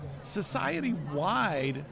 Society-wide